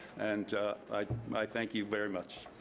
and i thank you very much.